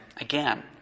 again